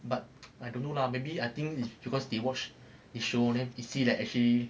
but I don't know lah maybe I think is because they watch this show then they see that actually